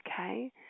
Okay